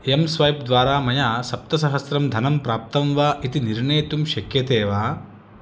M swipe द्वारा मया सप्तसहस्रं धनं प्राप्तं वा इति निर्णेतुं शक्यते वा